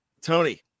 Tony